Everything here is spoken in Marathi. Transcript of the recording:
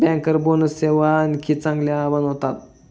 बँकर बोनस सेवा आणखी चांगल्या बनवतात